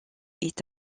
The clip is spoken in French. est